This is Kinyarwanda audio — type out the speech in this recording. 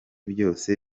byose